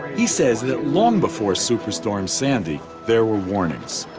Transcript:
he says that, long before superstorm sandy, there were warnings.